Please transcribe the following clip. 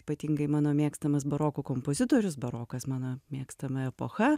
ypatingai mano mėgstamas baroko kompozitorius barokas mano mėgstama epocha